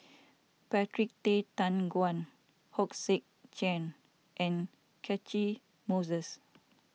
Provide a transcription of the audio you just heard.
Patrick Tay Teck Guan Hong Sek Chern and Catchick Moses